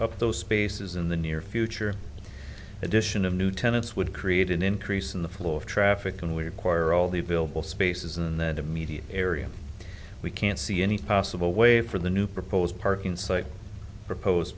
up those spaces in the near future addition of new tenants would create an increase in the flow of traffic and we require all the available spaces in that immediate area we can't see any possible way for the new proposed parking site propose